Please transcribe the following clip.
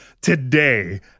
today